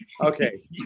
okay